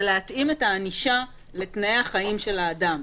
להתאים את הענישה לתנאי החיים של האדם.